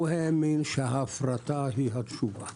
הוא האמין שההפרטה היא התשובה.